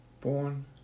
born